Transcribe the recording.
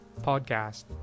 podcast